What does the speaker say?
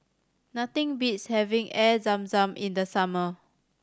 nothing beats having Air Zam Zam in the summer